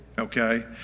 Okay